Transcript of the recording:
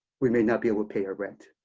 we may not be able to pay our rent.